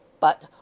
But